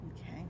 Okay